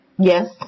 Yes